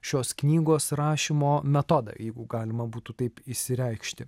šios knygos rašymo metodą jeigu galima būtų taip išsireikšti